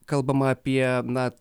kalbama apie na